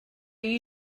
you